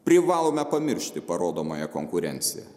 privalome pamiršti parodomąją konkurenciją